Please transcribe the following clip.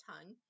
tongue